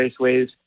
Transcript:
raceways